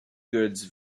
goods